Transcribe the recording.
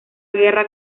guerra